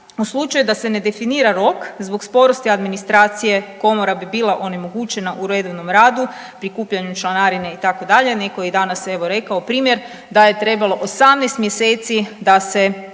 U slučaju da se ne definira rok zbog sporosti administracije komora bi bila onemogućena u redovnom radu prikupljanjem članarine itd.. Neko je i danas evo rekao primjer da je trebalo 18 mjeseci da se resorno